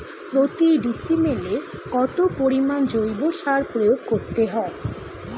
প্রতি ডিসিমেলে কত পরিমাণ জৈব সার প্রয়োগ করতে হয়?